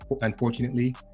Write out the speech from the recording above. unfortunately